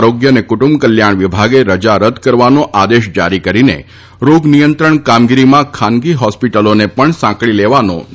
આરોગ્ય અને કુટુંબ કલ્યાણ વિભાગે રજા રદ કરવાનો આદેશ જારી કરીને રોગ નિયંત્રણ કામગીરીમાં ખાનગી હોસ્પિટલોને પણ સાંકળી લેવાનો નિર્ણય લીધો છે